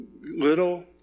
little